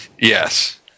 Yes